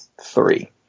three